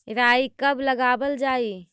राई कब लगावल जाई?